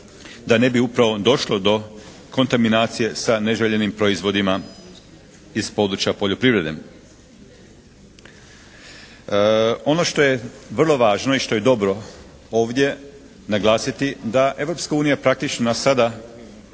da ne bi upravo došlo do kontaminacije sa neželjenim proizvodima iz područja poljoprivrede. Ono što je vrlo važno i što je dobro ovdje naglasiti da Europska unija praktično nas sada